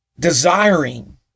Desiring